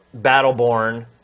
Battleborn